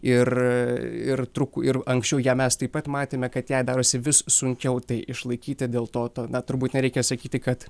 ir ir truk ir anksčiau ją mes taip pat matėme kad jai darosi vis sunkiau tai išlaikyti dėl to to na turbūt nereikia sakyti kad